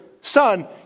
son